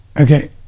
Okay